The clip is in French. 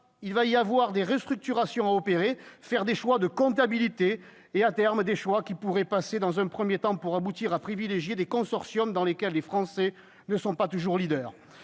il va y avoir des restructurations à opérer, à faire des choix, des choix de compatibilité et, à terme, [des choix] qui pourront passer dans un premier temps aboutissant à privilégier des consortiums dans lesquels les Français ne sont pas toujours leaders